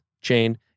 chain